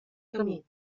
camí